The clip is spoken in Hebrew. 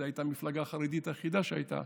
זאת הייתה המפלגה החרדית היחידה שהייתה,